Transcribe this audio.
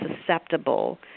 susceptible